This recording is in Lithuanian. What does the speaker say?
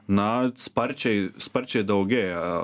na sparčiai sparčiai daugėja